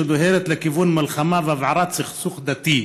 שדוהרת לכיוון מלחמה והבערת סכסוך דתי,